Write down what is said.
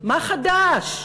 מה חדש?